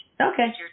Okay